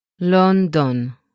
London